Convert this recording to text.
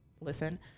listen